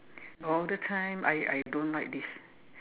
all the time I I don't like this